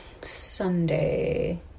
Sunday